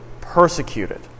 persecuted